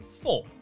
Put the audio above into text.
four